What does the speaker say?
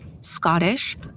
Scottish